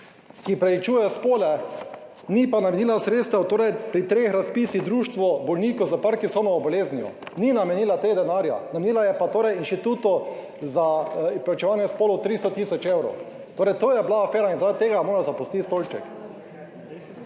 ki preučuje spole, ni pa namenila sredstev, torej pri treh razpisih Društvo bolnikov s Parkinsonovo boleznijo, ni namenila tega denarja, namenila je pa torej Inštitutu za preučevanje spolov 300 tisoč evrov. Torej, to je bila afera in zaradi tega je morala zapustiti stolček.